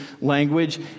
language